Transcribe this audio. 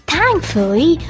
Thankfully